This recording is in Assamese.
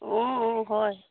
অঁ অঁ হয়